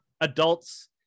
adults